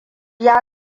ya